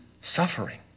suffering